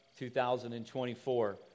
2024